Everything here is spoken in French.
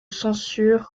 censure